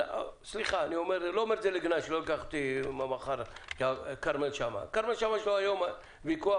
אני לא אומר לגנאי, אבל לכרמל שאמה יש היום ויכוח